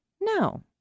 No